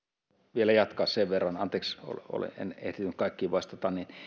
vielä jatkaa sen verran anteeksi en ehtinyt kaikkiin vastata